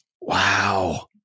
Wow